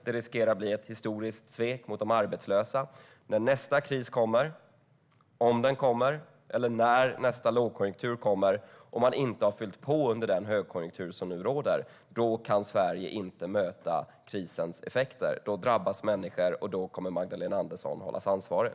Det riskerar att bli ett historiskt svek mot de arbetslösa. Om man inte fyller på under den högkonjunktur som nu råder kan Sverige inte möta effekterna av nästa kris eller lågkonjunktur. Då drabbas människor, och Magdalena Andersson kommer att hållas ansvarig.